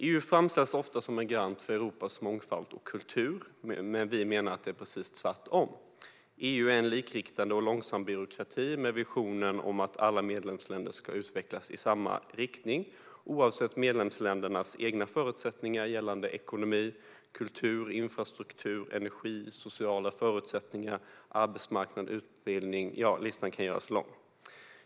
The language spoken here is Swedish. EU framställs ofta som en garant för Europas mångfald och kultur, men vi menar att det är precis tvärtom. EU är en likriktande och långsam byråkrati med visionen att alla medlemsländer ska utvecklas i samma riktning, oavsett medlemsländernas egna förutsättningar gällande ekonomi, kultur, infrastruktur, energi, sociala förutsättningar, arbetsmarknad, utbildning och så vidare - listan kan göras lång.